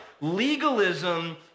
Legalism